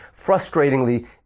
frustratingly